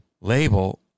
label